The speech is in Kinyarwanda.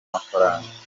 amafaranga